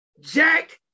Jack